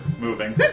moving